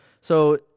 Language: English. So-